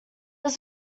was